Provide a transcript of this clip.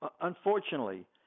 unfortunately